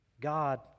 God